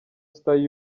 star